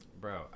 Bro